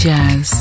Jazz